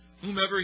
Whomever